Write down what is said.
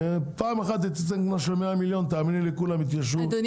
ופעם אחת קנס של 100 מיליון תאמיני לי כולם יתיישבו ויפסיקו לדבר.